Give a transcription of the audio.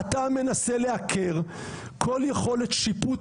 אתם רוצים להכשיר אותו בגלל שאתם אוהבים אותו